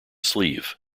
sleeve